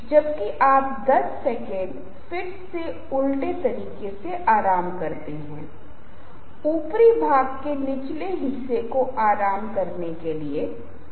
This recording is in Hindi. क्लिप्स और ध्वनियाँ जैसा कि मैंने पहले ही कहा है कि कुछ ऐसा है जिसे ज्यादातर मामलों में टाला जाना चाहिए लेकिन जहाँ उनकी आवश्यकता होती है क्लिप और ध्वनियाँ आपका ध्यान आकर्षित करने के लिए अनिवार्य रूप से उपकरण हैं